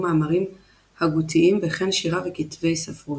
מאמרים הגותיים וכן שירה וכתבי ספרות.